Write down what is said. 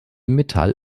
metall